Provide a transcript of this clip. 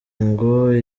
ngo